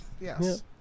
Yes